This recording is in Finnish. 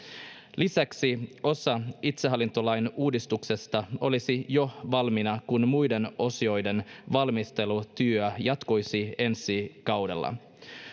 lisäksi osa itsehallintolain uudistuksesta olisi jo valmiina kun muiden osioiden valmistelutyö jatkuisi ensi kaudella